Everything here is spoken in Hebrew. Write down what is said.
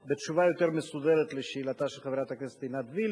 אני אבחר בתשובה יותר מסודרת לשאלתה של חברת הכנסת עינת וילף,